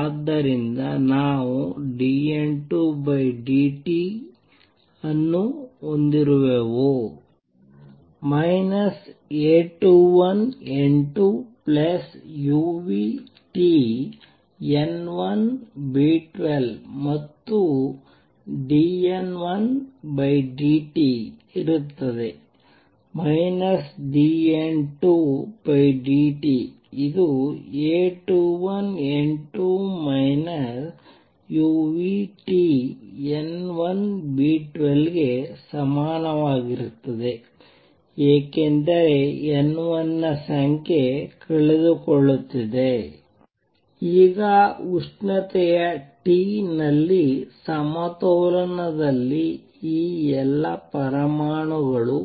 ಆದ್ದರಿಂದ ನಾವು dN2dt ಅನ್ನು ಹೊಂದಿರುವೆವು A21N2 uTN1B12 ಮತ್ತು dN1dt ಇರುತ್ತದೆ dN2dt ಇದು A21N2 uTN1B12ಗೆ ಸಮಾನವಾಗಿರುತ್ತದೆ ಏಕೆಂದರೆ N1 ನ ಸಂಖ್ಯೆ ಕಳೆದುಕೊಳ್ಳುತ್ತಿದೆ ಈಗ ಉಷ್ಣತೆಯ T ನಲ್ಲಿ ಸಮತೋಲನದಲ್ಲಿ ಈ ಎಲ್ಲಾ ಪರಮಾಣುಗಳು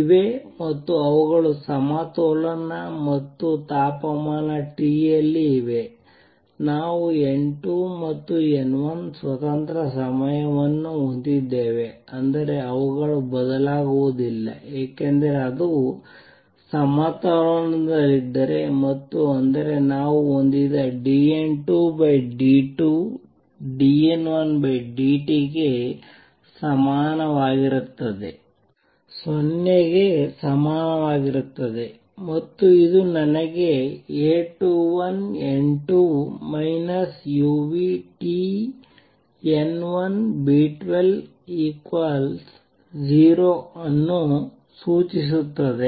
ಇವೆ ಮತ್ತು ಅವುಗಳು ಸಮತೋಲನ ಮತ್ತು ತಾಪಮಾನ T ಅಲ್ಲಿ ಇವೆ ನಾವು N2 ಮತ್ತು N1 ಸ್ವತಂತ್ರ ಸಮಯವನ್ನು ಹೊಂದಿದ್ದೇವೆ ಅಂದರೆ ಅವುಗಳು ಬದಲಾಗುವುದಿಲ್ಲ ಏಕೆಂದರೆ ಅದು ಸಮತೋಲನದಲ್ಲಿದ್ದರೆ ಮತ್ತು ಅಂದರೆ ನಾವು ಹೊಂದಿದ್ದ dN2dt dN1dt ಗೆ ಸಮಾನವಾಗಿರುತ್ತದೆ 0 ಕ್ಕೆ ಸಮಾನವಾಗಿರುತ್ತದೆ ಮತ್ತು ಇದು ನನಗೆ A21N2 uTN1B120 ಅನ್ನು ಸೂಚಿಸುತ್ತದೆ